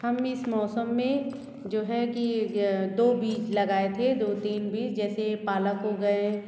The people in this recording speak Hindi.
हम इस मौसम में जो है कि दो बीज लगाए थे दो तीन बीज जैसे पालक हो गए